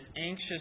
anxious